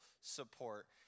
support